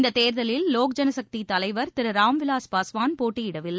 இந்ததேர்தலில் லோக் ஜனசக்திதலைவர் திருராம்விலாஸ் பஸ்வான் போட்டியிடவில்லை